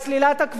את סלילת הכביש,